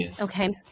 Okay